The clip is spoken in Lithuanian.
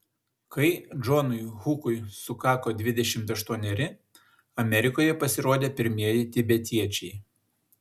kai džonui hukui sukako dvidešimt aštuoneri amerikoje pasirodė pirmieji tibetiečiai